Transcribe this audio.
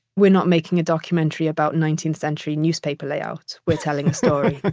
we're not making a documentary about nineteenth century newspaper layout. we're telling a story